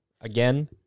again